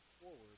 forward